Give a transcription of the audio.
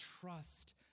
trust